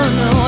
no